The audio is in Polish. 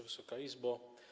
Wysoka Izbo!